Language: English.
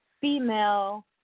Female